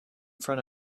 front